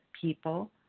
people